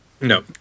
No